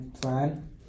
plan